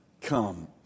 come